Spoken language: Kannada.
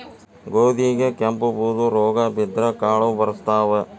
ಗೋಧಿಗೆ ಕೆಂಪು, ಬೂದು ರೋಗಾ ಬಿದ್ದ್ರ ಕಾಳು ಬರ್ಸತಾವ